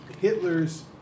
Hitler's